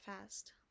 fast